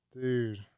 Dude